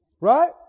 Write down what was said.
Right